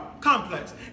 complex